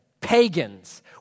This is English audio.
pagans